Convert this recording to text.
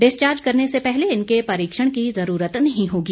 discharge करने से पहले इनके परीक्षण की जरूरत नहीं होगी